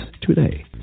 today